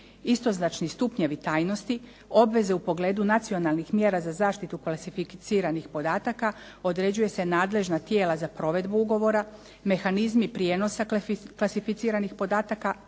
istoznačni stupnjevi tajnosti, obveze u pogledu nacionalnih mjera za zaštitu klasificiranih podataka, određuju se nadležna tijela za provedbu ugovora, mehanizmi prijenosa klasificiranih podatka,